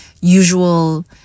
usual